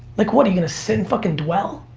like what? are you gonna sit and fucking dwell?